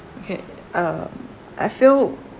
okay um I feel